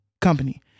Company